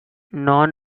known